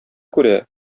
күрә